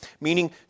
Meaning